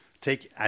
take